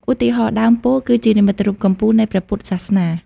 ឧទាហរណ៍ ដើមពោធិ៍គឺជានិមិត្តរូបកំពូលនៃ ព្រះពុទ្ធសាសនា។